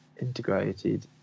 integrated